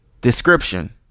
description